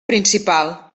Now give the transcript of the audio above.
principal